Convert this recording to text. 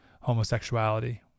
homosexuality